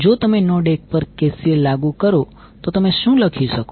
જો તમે નોડ 1 પર KCL લાગુ કરો તો તમે શું લખી શકો